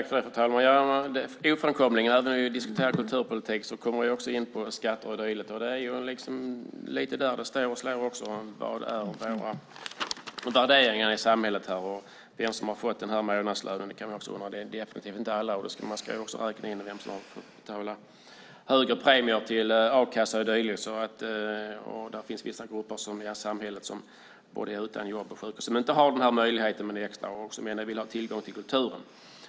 Fru talman! När man diskuterar kulturpolitik kommer man ofrånkomligen in på skatter och dylikt. Det är där frågan kommer om vilka våra värderingar är i samhället. Vem har fått månadslönen? Det är definitivt inte alla. Man ska också räkna in vem som har fått betala höga premier till a-kassa och dylikt. Det finns vissa grupper i samhället som är utan jobb, men de vill ha tillgång till kulturen.